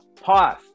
pause